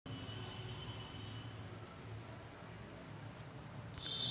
bast फायबरचे वर्गीकरण मऊ फायबर म्हणून केले जाते